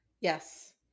Yes